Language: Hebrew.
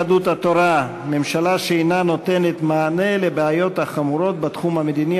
יהדות התורה: ממשלה שאינה נותנת מענה על הבעיות החמורות בתחום המדיני,